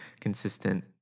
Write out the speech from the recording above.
consistent